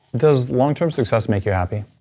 does long-term success make you happy?